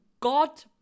God